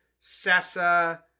Sessa